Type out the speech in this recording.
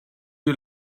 you